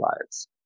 lives